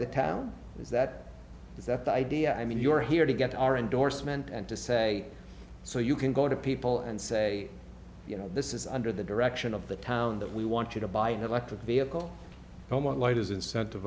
the town is that is that the idea i mean you're here to get our endorsement and to say so you can go to people and say you know this is under the direction of the town that we want you to buy an electric vehicle homelite is incentiv